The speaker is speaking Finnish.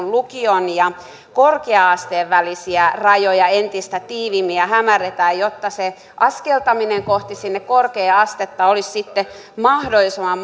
lukion ja korkea asteen välisiä rajoja entistä tiiviimmin jotta se askeltaminen kohti sitä korkea astetta olisi sitten mahdollisimman